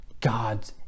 God